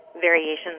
variations